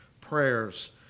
prayers